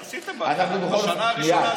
עשיתם את זה בשנה הראשונה,